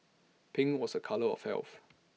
pink was A colour of health